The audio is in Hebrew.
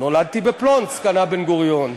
"נולדתי בפלונסק", ענה בן-גוריון.